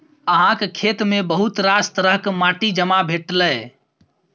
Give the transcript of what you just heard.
अहाँक खेतमे बहुत रास तरहक माटि जमा भेल यै